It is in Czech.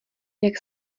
jak